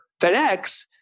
FedEx